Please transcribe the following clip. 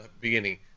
beginning